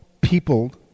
people